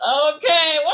Okay